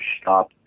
stop